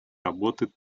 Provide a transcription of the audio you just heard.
работы